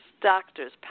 doctors